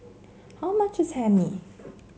how much is Hae Mee